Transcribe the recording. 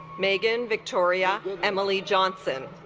megan victoria emily johnson